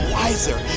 wiser